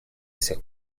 сих